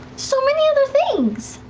so many other things!